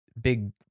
big